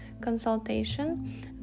consultation